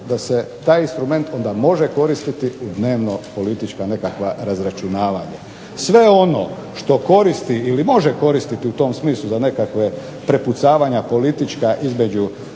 da se taj instrument onda može koristiti u dnevno politička nekakva razračunavanja. Sve ono što koristi ili može koristiti u tom smislu za nekakva prepucavanja politička između